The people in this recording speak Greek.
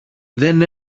δεν